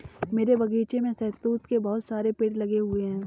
मेरे बगीचे में शहतूत के बहुत सारे पेड़ लगे हुए हैं